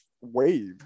wave